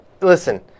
Listen